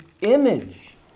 image